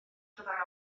fyddai